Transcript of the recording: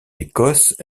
écosse